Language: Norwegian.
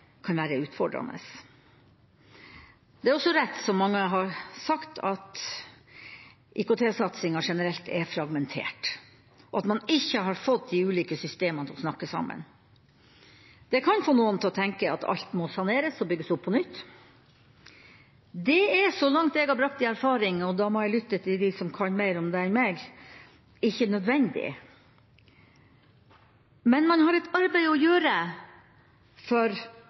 kan være utfordrende. Det er også rett, som mange har sagt, at IKT-satsinga generelt er fragmentert, og at man ikke har fått de ulike systemene til å snakke sammen. Det kan få noen til å tenke at alt må saneres og bygges opp på nytt. Det er, så langt jeg har brakt i erfaring – og da må jeg lytte til dem som kan mer om dette enn meg – ikke nødvendig. Men man har et arbeid å gjøre for